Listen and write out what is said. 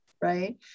right